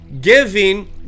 giving